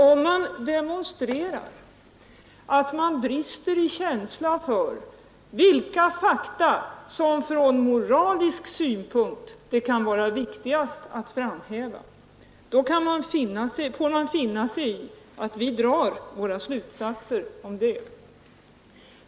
Om man demonstrerar att man brister i känsla för vilka fakta som det från moralisk synpunkt kan vara viktigast att framhäva, får man finna sig i att vi drar våra slutsatser om det.